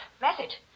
Message